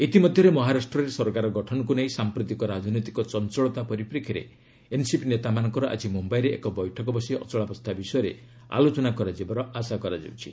ଇତିମଧ୍ୟରେ ମହାରାଷ୍ଟ୍ରରେ ସରକାର ଗଠନକୁ ନେଇ ସାମ୍ପ୍ରତିକ ରାଜନୈତିକ ଚଞ୍ଚଳତା ପରିପ୍ରେକ୍ଷୀରେ ଏନ୍ସିପି ନେତାମାନଙ୍କର ଆକି ମୁମ୍ୟାଇରେ ଏକ ବୈଠକ ବସି ଅଚଳାବସ୍ଥା ବିଷୟରେ ଆଲୋଚନା କରାଯିବାର ଆଶା କରାଯାଉଛି